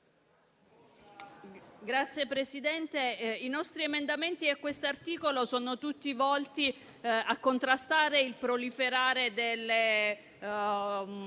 Signor Presidente, i nostri emendamenti all'articolo 9 sono tutti volti a contrastare il proliferare delle